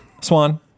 Swan